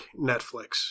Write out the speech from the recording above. Netflix